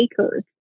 acres